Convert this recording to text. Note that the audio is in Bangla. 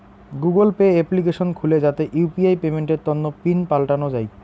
গুগল পে এপ্লিকেশন খুলে যাতে ইউ.পি.আই পেমেন্টের তন্ন পিন পাল্টানো যাই